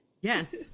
Yes